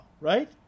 right